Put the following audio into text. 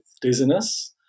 dizziness